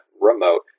remote